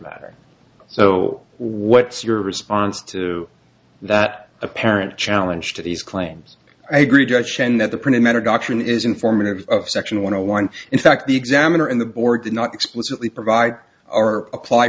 matter so what's your response to that apparent challenge to these claims i agree josh and that the printed matter doctrine is informative section one hundred one in fact the examiner and the board did not explicitly provide our apply